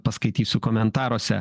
paskaitysiu komentaruose